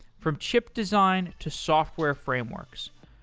from chip design to software frameworks.